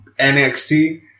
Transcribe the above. NXT